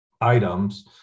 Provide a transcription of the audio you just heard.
items